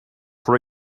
for